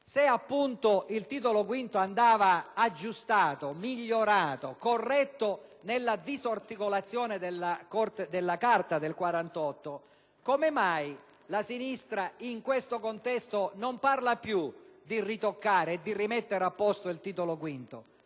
è, se il Titolo V andava aggiustato, migliorato, corretto nella disarticolazione della Carta del 1948, come mai la sinistra in questo contesto non parla più di ritoccare e rimettere a posto il Titolo V?